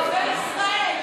אוהבי ישראל,